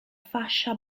fascia